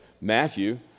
Matthew